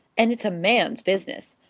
and it's a man's business.